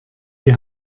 die